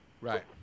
Right